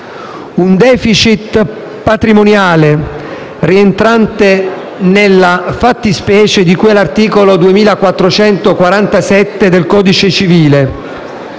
un *deficit* patrimoniale rientrante nella fattispecie di cui all'articolo 2447 del codice civile,